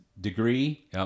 degree